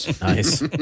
Nice